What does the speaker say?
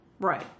right